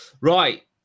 right